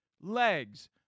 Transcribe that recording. legs